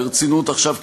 ברצינות עכשיו,